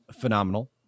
phenomenal